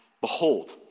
behold